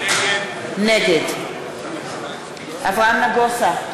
נגד אברהם נגוסה,